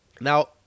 Now